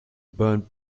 burnt